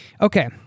okay